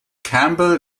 campbell